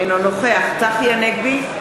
אינו נוכח צחי הנגבי,